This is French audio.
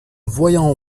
voyant